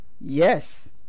yes